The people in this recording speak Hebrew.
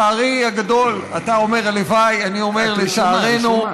לצערי הגדול, אתה אומר הלוואי, אני אומר, לצערנו,